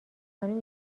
خانم